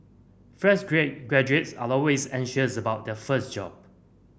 fresh graduates are always anxious about their first job